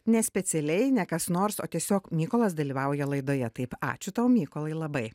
ne specialiai ne kas nors o tiesiog mykolas dalyvauja laidoje taip ačiū tau mykolai labai